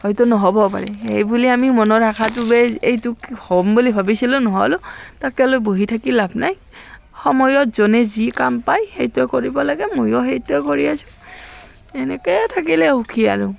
হয়তো নহ'ব পাৰে সেইবুলি আমি মনৰ আশাটোৱে এইটো হ'ম বুলি ভাবিছিলোঁ নহ'লো তাকে লৈ বহি থাকি লাভ নাই সময়ত যোনে যি কাম পায় সেইটোৱে কৰিব লগে ময়ো সেইটোৱে কৰি আছোঁ এনেকৈয়ে থাকিলে সুখী আৰু